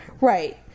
right